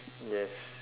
yes